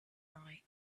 night